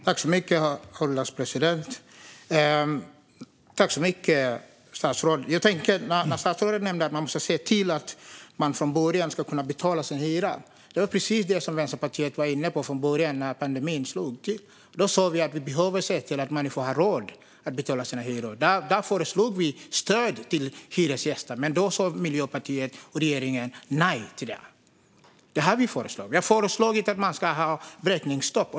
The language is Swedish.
Herr ålderspresident! Statsrådet nämnde att vi måste se till att man från början kan betala sin hyra. Det var precis detta som Vänsterpartiet var inne på när pandemin slog till. Då sa vi att vi behöver se till att människor har råd att betala sina hyror. Då föreslog vi stöd till hyresgäster, men Miljöpartiet och regeringen sa nej till det. Vi har föreslagit ett vräkningsstopp.